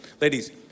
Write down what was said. ladies